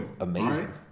amazing